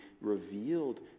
revealed